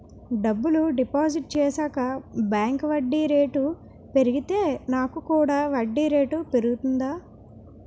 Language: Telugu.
డబ్బులు డిపాజిట్ చేశాక బ్యాంక్ వడ్డీ రేటు పెరిగితే నాకు కూడా వడ్డీ రేటు పెరుగుతుందా?